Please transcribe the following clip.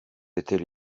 étaient